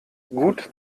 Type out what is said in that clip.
gut